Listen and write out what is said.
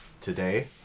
today